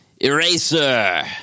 Eraser